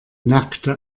nackte